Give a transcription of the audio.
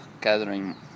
gathering